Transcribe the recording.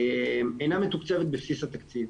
אינה מתוקצבת בבסיס התקציב.